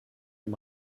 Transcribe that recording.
dem